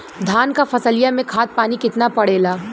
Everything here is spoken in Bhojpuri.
धान क फसलिया मे खाद पानी कितना पड़े ला?